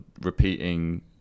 repeating